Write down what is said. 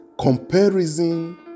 Comparison